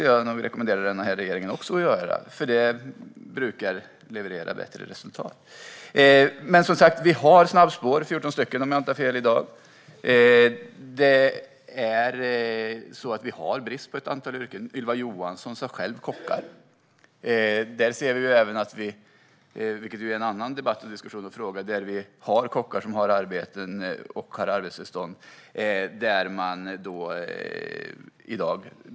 Jag rekommenderar nuvarande regering att göra samma sak, för det brukar ge bättre resultat. Om jag inte minns fel har vi 14 snabbspår i dag. Vi har brist inom ett visst antal yrken. Ylva Johansson nämnde själv kockar. Vi ser även att det finns kockar som har arbetstillstånd och arbete men som nu får veta att de inte får behålla arbetstillstånden och ska utvisas.